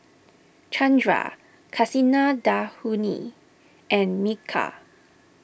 Chandra Kasinadhuni and Milkha